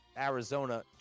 Arizona